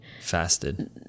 Fasted